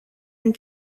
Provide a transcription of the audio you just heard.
and